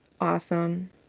awesome